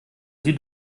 sie